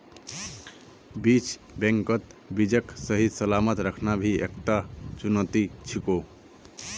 बीज बैंकत बीजक सही सलामत रखना भी एकता चुनौती छिको